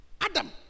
Adam